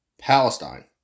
Palestine